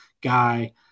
guy